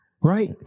right